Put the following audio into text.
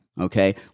Okay